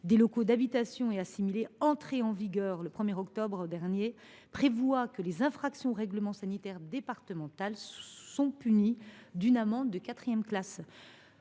des locaux d’habitation et assimilés, qui est entré en vigueur le 1 octobre dernier, prévoit que les infractions au règlement sanitaire départemental sont punies d’une amende de quatrième classe.